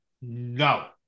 No